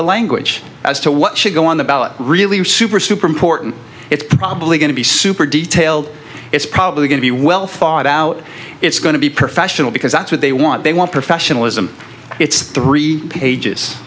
the language as to what should go on the ballot really super super important it's probably going to be super detailed it's probably going to be well thought out it's going to be professional because that's what they want they want professionalism it's three pages